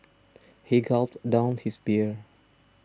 he gulped down his beer